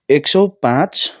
एक सय पाँच